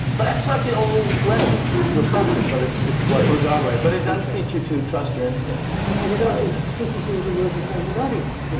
but that's not the only way to approach it. but it's. it's what it was our way. but it does teach you to trust your instinct, which is valuable. and it also teaches you you to work in front of an audience,